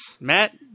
Matt